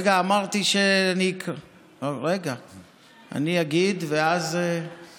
רגע, אני אמרתי שאני אגיד ואז